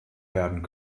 werden